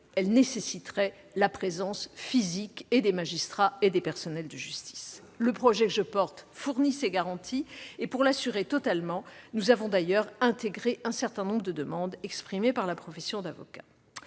elle nécessiterait la présence physique des magistrats et des personnels de justice. Le projet que je porte fournit ces garanties. Pour les assurer totalement, nous y avons d'ailleurs intégré un certain nombre de demandes exprimées par la profession d'avocat.